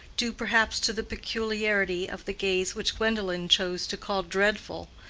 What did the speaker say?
due perhaps to the peculiarity of the gaze which gwendolen chose to call dreadful,